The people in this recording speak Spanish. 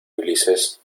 ulises